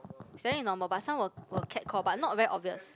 it's very normal but some will will cat call but not very obvious